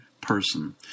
person